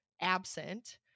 absent